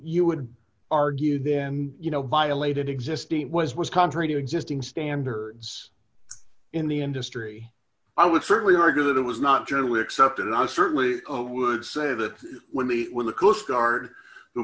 you would argue then you know violated existing was was contrary to existing standards in the industry i would certainly argue that it was not generally accepted and i certainly would say that when me when the coast guard who